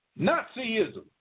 Nazism